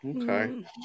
Okay